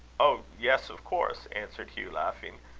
oh! yes, of course, answered hugh laughing.